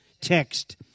text